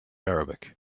arabic